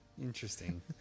Interesting